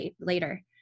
later